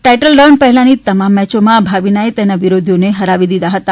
title round પહેલાની તમામ મેચોમાં ભાવિના એ તેના વિરોધીઓને હરાવી દીધા હતા